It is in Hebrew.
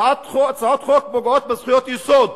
הצעות חוק פוגעות בזכויות יסוד